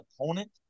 opponent